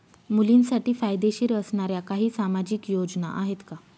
मुलींसाठी फायदेशीर असणाऱ्या काही सामाजिक योजना आहेत का?